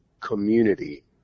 community